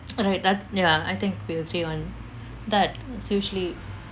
all right that ya I think we agree on that so usually